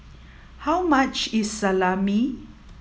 how much is Salami